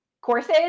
courses